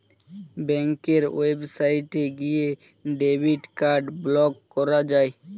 ব্যাঙ্কের ওয়েবসাইটে গিয়ে ডেবিট কার্ড ব্লক করা যায়